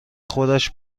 خودش